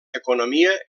economia